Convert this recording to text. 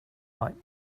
like